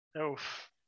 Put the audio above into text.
Oof